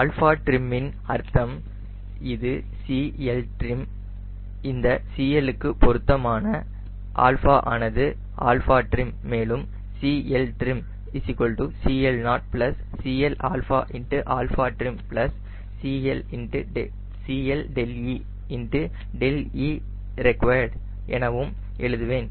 αtrim இன் அர்த்தம் இது CLtrim இந்த CL க்கு பொருத்தமான α ஆனது αtrim மேலும் CLtrim CL0 CL αtrim CLe δe reqd எனவும் எழுதுவேன்